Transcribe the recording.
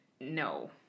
no